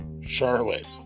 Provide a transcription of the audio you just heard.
Charlotte